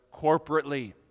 corporately